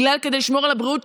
כדי לשמור על הבריאות,